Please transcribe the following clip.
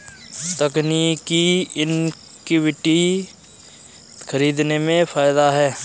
तकनीकी इक्विटी खरीदने में फ़ायदा है